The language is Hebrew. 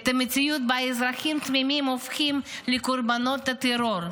המציאות שבה אזרחים תמימים הופכים לקורבנות טרור.